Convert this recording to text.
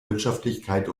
wirtschaftlichkeit